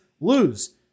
lose